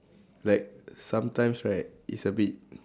like sometimes right it's a bit